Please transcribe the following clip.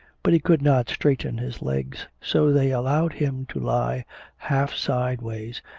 but he could not straighten his legs, so they allowed him to lie half side ways,